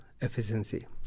efficiency